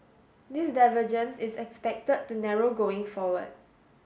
this divergence is expected to narrow going forward